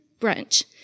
brunch